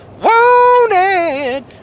wanted